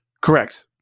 Correct